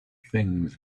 things